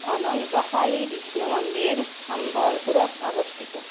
অনন্তশায়ী বিষ্ণু মন্দিৰ সম্বলপুৰত অৱস্থিত